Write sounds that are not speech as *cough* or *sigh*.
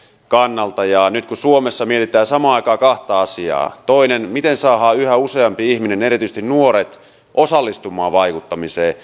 kannalta nyt suomessa mietitään samaan aikaan kahta asiaa toinen on se miten saadaan yhä useammat ihmiset erityisesti nuoret osallistumaan vaikuttamiseen *unintelligible*